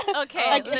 Okay